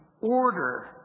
order